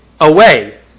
away